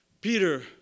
Peter